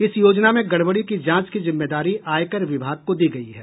इस योजना में गड़बड़ी की जांच की जिम्मेदारी आयकर विभाग को दी गयी है